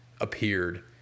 appeared